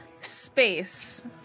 space